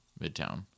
Midtown